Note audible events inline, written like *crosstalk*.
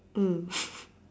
mm *laughs*